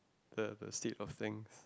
the the state of things